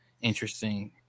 interesting